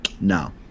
No